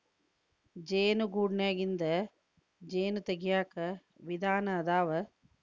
ಜೇನು ಗೂಡನ್ಯಾಗಿಂದ ಜೇನ ತಗಿಯಾಕ ವಿಧಾನಾ ಅದಾವ